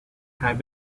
have